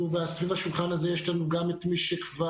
סביב השולחן הזה יש לנו גם את מי שכבר